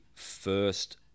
first